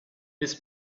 this